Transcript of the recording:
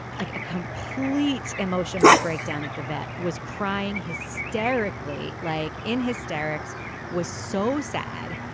like a complete emotional breakdown at the vet was crying hysterically like in hysterics was so sad.